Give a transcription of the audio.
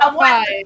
five